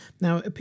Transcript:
Now